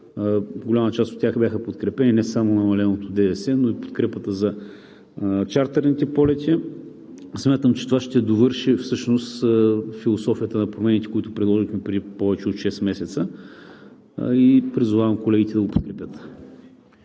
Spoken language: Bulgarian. голяма част от тях бяха подкрепени – не само намаленото ДДС, но и подкрепата за чартърните полети. Смятам, че това ще довърши всъщност философията на промените, които предложихме преди повече от шест месеца, и призовавам колегите да го подкрепят.